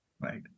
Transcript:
right